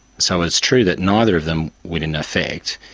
so it's true that neither of them would, in effect,